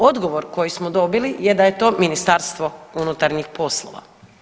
Odgovor koji smo dobili je da je to Ministarstvo unutarnjih poslova.